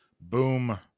boom